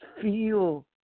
feel